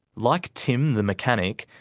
like tim the mechanic,